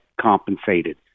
compensated